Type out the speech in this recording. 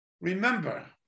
Remember